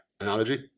analogy